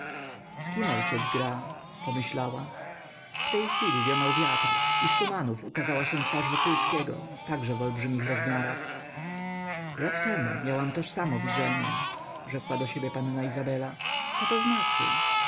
z kim ojciec gra pomyślała w tej chwili wionął wiatr i z tumanów ukazała się twarz wokulskiego także w olbrzymich rozmiarach rok temu miałam toż samo widzenie rzekła do siebie panna izabela coto znaczy